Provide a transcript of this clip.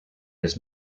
his